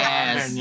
Yes